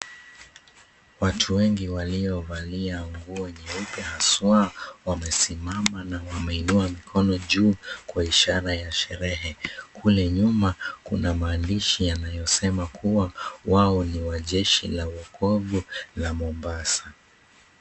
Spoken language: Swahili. Watu wengi waliovalia nguo nyeupe haswa, wamesimama na wameinua mikono juu kwa ishara ya sherehe. Kule nyuma kuna maandishi yanayosema kuwa wao ni wa jeshi la wokovu la Mombasa.